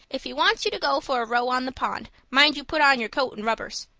if he wants you to go for a row on the pond mind you put on your coat and rubbers.